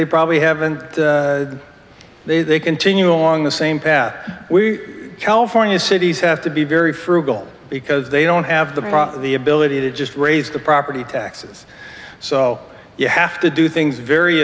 they probably haven't they they continue along the same path we california cities have to be very frugal because they don't have the promise of the ability to just raise the property taxes so you have to do things very